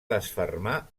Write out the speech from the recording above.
desfermar